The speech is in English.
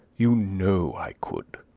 you know i could.